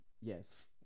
Yes